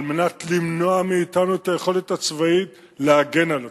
על מנת למנוע מאתנו את היכולת הצבאית להגן על עצמנו.